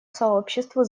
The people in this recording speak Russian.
сообществу